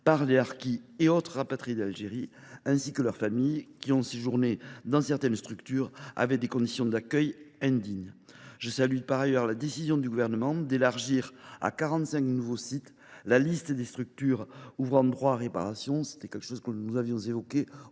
par les harkis et autres rapatriés d’Algérie, ainsi que leurs familles, pour avoir séjourné dans certaines structures aux conditions d’accueil indignes. Je salue particulièrement la décision du Gouvernement d’élargir à 45 nouveaux sites la liste des structures ouvrant droit à réparation. Nous avions évoqué ce